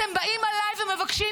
אתם באים אליי ומבקשים,